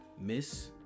Miss